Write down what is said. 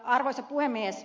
arvoisa puhemies